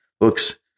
looks